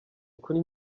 kuri